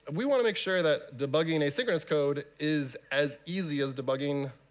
we want to make sure that debugging asynchronous code is as easy as debugging